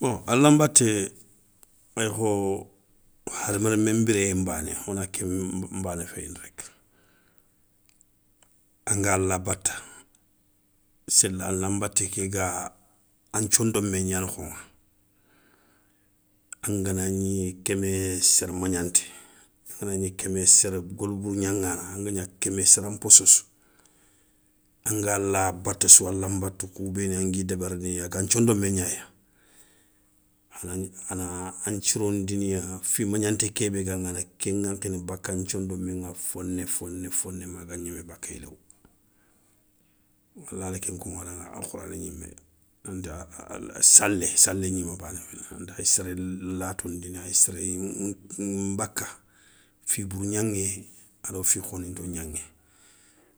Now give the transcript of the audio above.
Bon allah nbaté aykho hadama remme nbiréyé nbané wona kén bané féyindi angalah bata, séli allanbaté ké ga an thiondomé gna nokhoŋa, anganagni kémé séré magnanté, angangni kémé séré golou bourou gnaŋana, angagna kémé sara nposso sou, angala bata sou alanbatou kou béni angui débérini agan nthiondomé gnaya, ana ana an thirondiniya fi magnanté kébé gaŋa ana ké ŋankhini baka nthiondomé ŋa foné foné, foné maga gnémé bakéyi léwou, alada ken koŋodaŋa alkhourané gnimé anta salé salé gnimé bané anta séré latondini aya séré nbaka fi bourou gnaŋé ado fi khoninto gnaŋé,